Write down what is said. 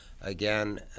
Again